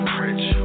rich